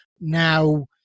now